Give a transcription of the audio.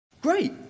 great